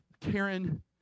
Karen